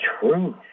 truth